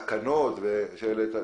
הסכנות שהעלית,